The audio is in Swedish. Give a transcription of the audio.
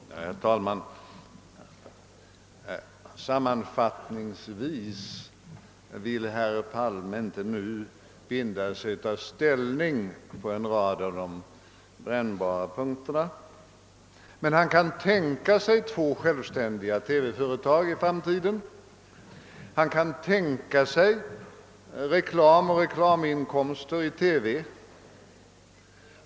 Herr talman! En sammanfattning: herr Palme vill inte nu binda sig genom att ta ställning på en rad av de brännbara punkterna. Han kan emellertid tänka sig två självständiga TV-företag i framtiden, och han kan tänka sig reklam och reklaminkomster i TV.